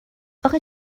آخه